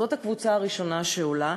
זו הקבוצה הראשונה שעולה.